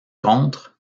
contres